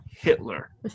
Hitler